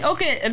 Okay